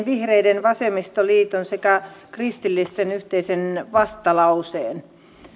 vihreiden vasemmistoliiton sekä kristillisten yhteisen vastalauseen